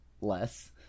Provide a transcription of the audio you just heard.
less